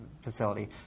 facility